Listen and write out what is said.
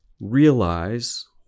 realize